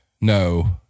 No